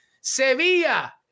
Sevilla